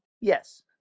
Yes